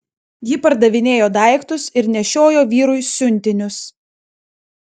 ji pardavinėjo daiktus ir nešiojo vyrui siuntinius